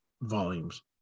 volumes